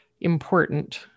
important